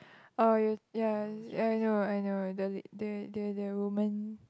uh ya ya I know I know they they are they are women